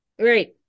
Right